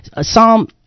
Psalm